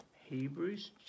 Hebrews